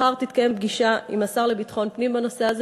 מחר תתקיים פגישה עם השר לביטחון הפנים בנושא הזה.